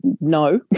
no